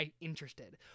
interested